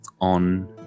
On